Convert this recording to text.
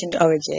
origin